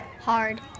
Hard